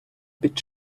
під